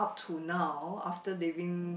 to now after living